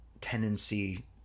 tendency